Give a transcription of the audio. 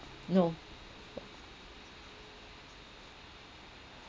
no